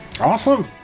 Awesome